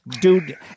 dude